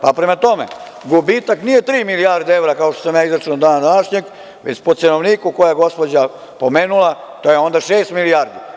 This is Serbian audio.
Prema tome, gubitak nije tri milijarde eura kao što sam ja izračunao dana današnjeg već po cenovniku koje je gospođa pomenula, to je onda šest milijardi.